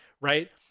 right